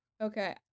Okay